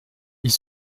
ils